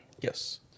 Yes